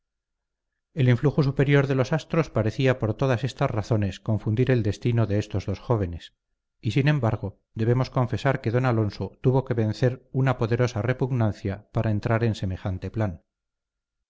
el influjo superior de los astros parecía por todas estas razones confundir el destino de estos dos jóvenes y sin embargo debemos confesar que don alonso tuvo que vencer una poderosa repugnancia para entrar en semejante plan